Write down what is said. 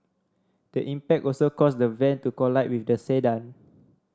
the impact also caused the van to collide with the sedan